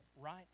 right